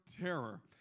terror